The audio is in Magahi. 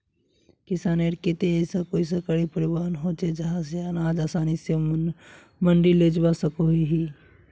किसानेर केते ऐसा कोई सरकारी परिवहन होचे जहा से अनाज आसानी से मंडी लेजवा सकोहो ही?